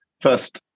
first